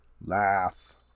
Laugh